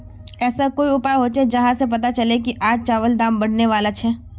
ऐसा कोई उपाय होचे जहा से पता चले की आज चावल दाम बढ़ने बला छे?